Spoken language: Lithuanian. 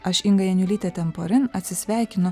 aš inga janiulytė temporen atsisveikinu